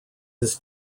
his